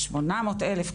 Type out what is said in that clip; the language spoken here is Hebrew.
800,000,